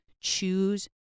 choose